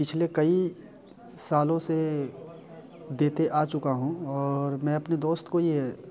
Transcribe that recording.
पिछले कई सालों से देते आ चुका हूँ और मैं अपने दोस्त को ये